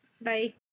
Bye